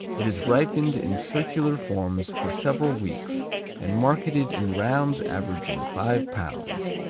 it is ripened in circular forms for several weeks and marketed in rounds averaging five pounds,